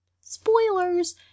Spoilers